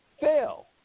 fail